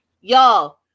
Y'all